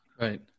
Right